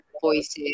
voices